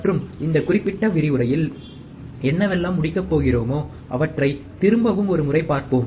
மற்றும் இந்த குறிப்பிட்ட விரிவுரையில் என்னவெல்லாம் முடிக்கபோகிறோமோ அவற்றை திரும்பவும் ஒரு முறை பார்ப்போம்